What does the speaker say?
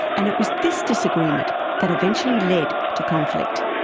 and it was this disagreement that eventually led to conflict.